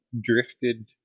drifted